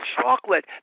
chocolate